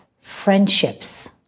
friendships